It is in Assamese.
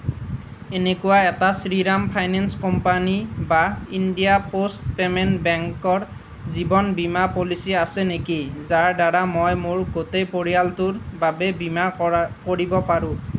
এনেকুৱা এটা শ্ৰীৰাম ফাইনেন্স কোম্পানী বা ইণ্ডিয়া পোষ্ট পে'মেণ্ট বেংকৰ জীৱন বীমা পলিচী আছে নেকি যাৰ দ্বাৰা মই মোৰ গোটেই পৰিয়ালটোৰ বাবে বীমা কৰিব পাৰোঁ